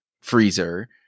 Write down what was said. freezer